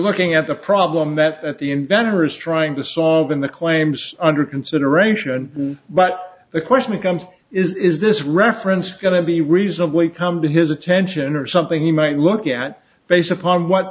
looking at the problem that at the inventor is trying to soften the claims under consideration but the question becomes is this reference going to be reasonably come to his attention or something he might look at based upon what